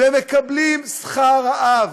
ומקבלים שכר רעב.